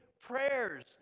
prayers